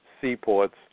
seaports